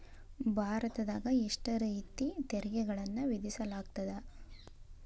ಭಾರತದಾಗ ಎಷ್ಟ ರೇತಿ ತೆರಿಗೆಗಳನ್ನ ವಿಧಿಸಲಾಗ್ತದ?